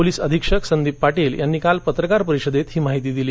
police अधीक्षक संदीप पाटील यांनी काल पत्रकार परिषदेत ही माहिती दिली